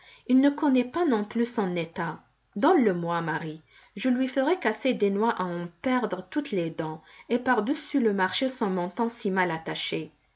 il ne connaît pas non plus son état donne le moi marie je lui ferai casser des noix à en perdre toutes les dents et par-dessus le marché son menton si mal attaché